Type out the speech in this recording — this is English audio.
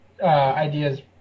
ideas